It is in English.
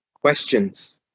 questions